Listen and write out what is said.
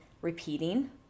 repeating